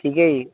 ਠੀਕ ਹੈ ਜੀ